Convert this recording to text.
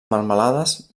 melmelades